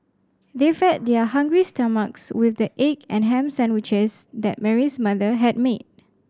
They fed their hungry stomachs with the egg and ham sandwiches that Mary's mother had made